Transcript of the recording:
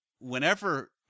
Whenever